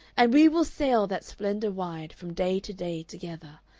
and we will sail that splendor wide, from day to day together,